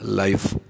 life